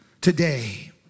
today